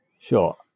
Sure